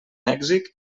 mèxic